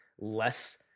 less